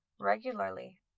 regularly